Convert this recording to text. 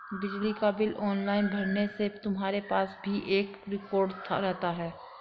बिजली का bill online भरने से तुम्हारे पास भी एक रिकॉर्ड रहता है